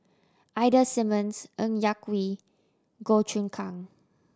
Ida Simmons Ng Yak Whee Goh Choon Kang